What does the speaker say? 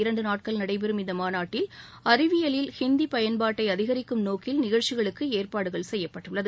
இரண்டு நாட்கள் நடைபெறம் இந்த மாநாட்டில் அறிவியலில் ஹிந்தி பயன்பாட்டை அதிகரிக்கும் நோக்கில் நிகழ்ச்சிகளுக்கு ஏற்பாடு செய்யப்பட்டுள்ளது